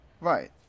Right